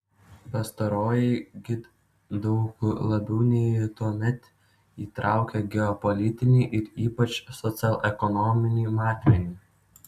pastaroji gi daug labiau nei tuomet įtraukia geopolitinį ir ypač socioekonominį matmenį